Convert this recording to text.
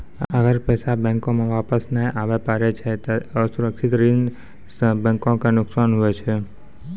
अगर पैसा बैंको मे वापस नै आबे पारै छै ते असुरक्षित ऋण सं बैंको के नुकसान हुवै छै